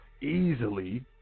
easily